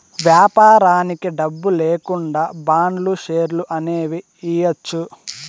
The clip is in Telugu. వ్యాపారానికి డబ్బు లేకుండా బాండ్లు, షేర్లు అనేవి ఇయ్యచ్చు